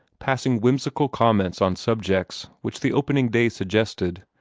passing whimsical comments on subjects which the opening day suggested,